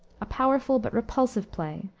a powerful but repulsive play,